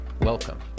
welcome